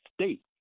state